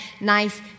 nice